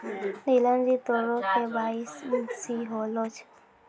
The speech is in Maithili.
नीलम जी तोरो के.वाई.सी होलो छौं?